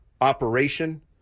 operation